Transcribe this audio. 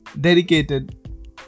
dedicated